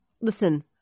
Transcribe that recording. Listen